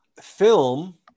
film